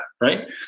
right